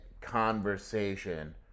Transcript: conversation